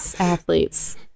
athletes